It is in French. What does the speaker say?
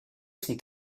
sont